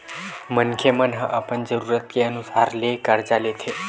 मनखे मन ह अपन जरूरत के अनुसार ले करजा लेथे